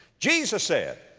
jesus said,